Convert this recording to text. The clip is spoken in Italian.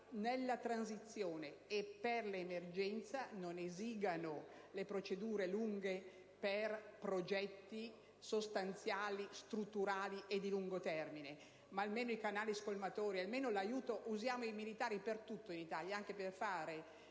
nella transizione e nell'emergenza non esigano i tempi lunghi dei progetti sostanziali, strutturali e di lungo termine: ma almeno i canali scolmatori! Almeno un aiuto! Usiamo i militari per tutto, in Italia, anche per fare